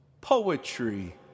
Poetry